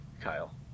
kyle